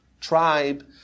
tribe